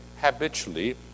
habitually